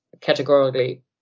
categorically